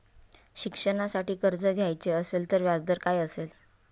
शिक्षणासाठी कर्ज घ्यायचे असेल तर व्याजदर काय असेल?